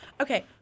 Okay